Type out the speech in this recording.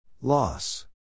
Loss